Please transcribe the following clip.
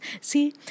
See